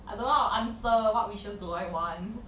I don't know how to answer what wishes do I want